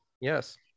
Yes